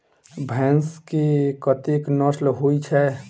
भैंस केँ कतेक नस्ल होइ छै?